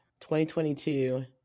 2022